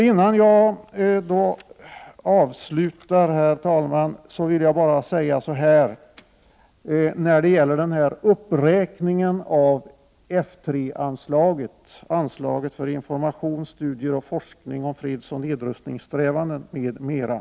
Innan jag avslutar mitt anförande vill jag säga några ord om uppräkningen av F3-anslaget, anslaget för information, studier och forskning om fredsoch nedrustningssträvanden m.m.